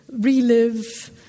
relive